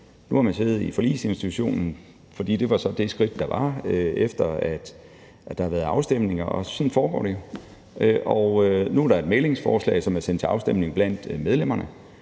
Nu har man siddet i Forligsinstitutionen, fordi så var det skridt, der var, efter at der har været afstemninger, og sådan foregår det jo. Og nu er der et mæglingsforslag, som er sendt til afstemning blandt medlemmerne,